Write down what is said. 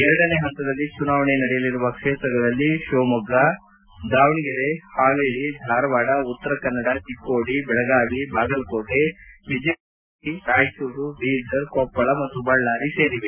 ಎರಡನೇ ಪಂತದಲ್ಲಿ ಚುನಾವಣೆ ನಡೆಯಲಿರುವ ಕ್ಷೇತ್ರಗಳಲ್ಲಿ ಶಿವಮೊಗ್ಗ ದಾವಣಗೆರೆ ಪಾವೇರಿ ಧಾರವಾಡ ಉತ್ತರ ಕನ್ನಡ ಚಿಕ್ಕೋಡಿ ಬೆಳಗಾವಿ ಬಾಗಲಕೋಟೆ ವಿಜಯಪುರ ಕಲಬುರಗಿ ರಾಯಚೂರು ಬೀದರ್ ಕೊಪ್ಪಳ ಮತ್ತು ಬಳ್ಯಾರಿ ಸೇರಿವೆ